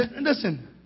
listen